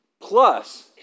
plus